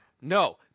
No